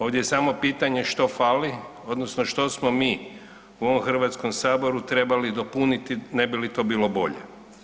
Ovdje je samo pitanje što fali odnosno što smo mi u ovom Hrvatskom saboru trebali dopuniti ne bili to bilo bolje.